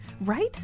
Right